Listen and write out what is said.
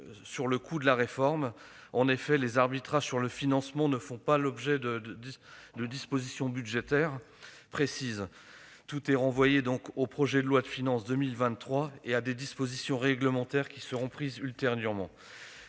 au coût de cette réforme. Les arbitrages sur le financement ne font pas l'objet de dispositions budgétaires précises. Tout est donc renvoyé au projet de loi de finances pour 2023 et à des dispositions réglementaires qui seront prises ultérieurement.